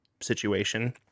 situation